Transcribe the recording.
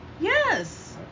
Yes